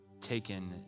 taken